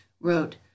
wrote